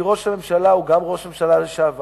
כי ראש הממשלה הוא גם ראש ממשלה לשעבר,